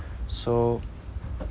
so